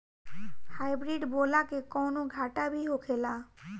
Hybrid बोला के कौनो घाटा भी होखेला?